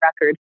record